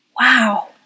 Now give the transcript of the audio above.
Wow